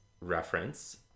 reference